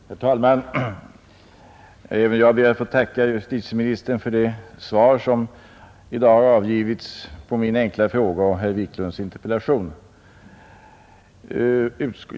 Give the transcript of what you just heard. Herr talman! Även jag ber att få tacka justitieministern för det svar som i dag avgivits på min enkla fråga och herr Wiklunds i Stockholm interpellation.